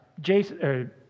Jason